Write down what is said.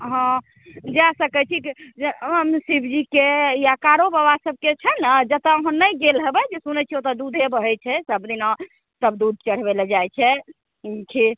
जा सकै छी शिवजीके या कारूबाबा सभके छै ने जतऽ अहाँ नहि गेल हेबै सुनै छिए ओतऽ दूधे बहै छै सभ दिना सभ दूध चढ़बै लए जाइ छै खीर